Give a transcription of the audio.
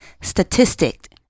statistic